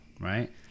Right